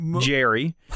Jerry